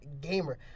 gamer